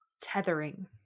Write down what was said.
tethering